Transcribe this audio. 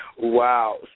Wow